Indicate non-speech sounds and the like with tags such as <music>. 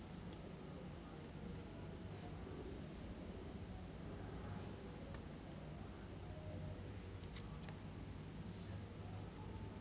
<breath>